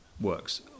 works